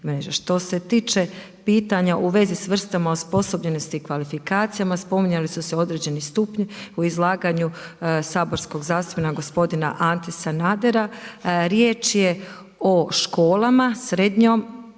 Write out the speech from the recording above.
Što se tiče pitanja u vezi s vrstama osposobljenosti i kvalifikacijama spominjali su se određeni stupnji u izlaganju saborskog zastupnika gospodina Ante Sanadera. Riječ je o školama, srednjoj,